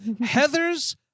heather's